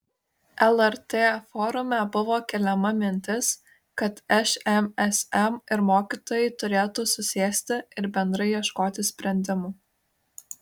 lrt forume buvo keliama mintis kad šmsm ir mokytojai turėtų susėsti ir bendrai ieškoti sprendimų